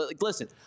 Listen